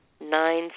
nine